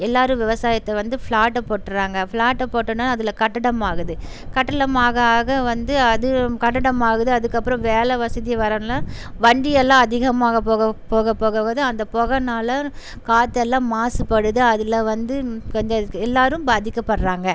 எல்லாரும் விவசாயத்தை வந்து ஃப்ளாட்டு போட்டுறாங்கள் ஃப்ளாட்டை போட்டோன்ன அதில் கட்டடமாகுது கட்டடம் ஆக ஆக வந்து அது கட்டிடம் ஆகுது அதுக்கப்புறம் வேலை வசதி வரதனால வண்டி எல்லாம் அதிகமாக புக புக புக வருது அந்த புகனால காற்றெல்லாம் மாசுபடுது அதில் வந்து கொஞ்சம் எல்லாரும் பாதிக்கப்படுறாங்க